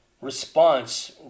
response